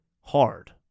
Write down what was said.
hard